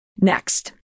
Next